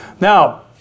Now